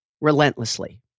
Relentlessly